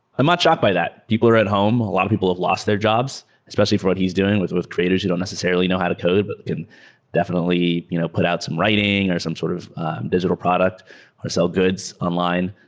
i'm not shocked by that. people are at home. a lot of people have lost their jobs, especially for what he's doing. with with traders who don't necessarily know how to code, but can definitely you know put out some writing or some sort of digital product or sell goods online.